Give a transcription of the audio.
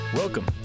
Welcome